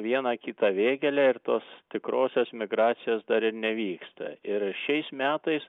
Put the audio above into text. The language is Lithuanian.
vieną kitą vėgėlę ir tos tikrosios migracijos dar ir nevyksta ir šiais metais